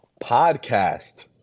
podcast